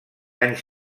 anys